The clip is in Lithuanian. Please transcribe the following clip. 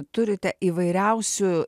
turite įvairiausių